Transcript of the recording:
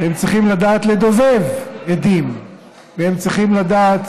הם צריכים לדעת לדובב עדים והם צריכים לדעת